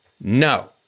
no